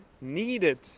needed